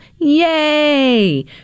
Yay